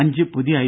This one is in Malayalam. അഞ്ച് പുതിയ ഐ